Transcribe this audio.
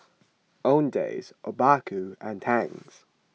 Owndays Obaku and Tangs